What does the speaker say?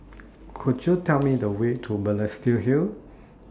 Could YOU Tell Me The Way to Balestier Hill